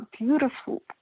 beautiful